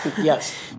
Yes